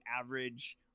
average